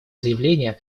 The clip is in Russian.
заявления